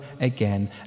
again